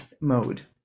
mode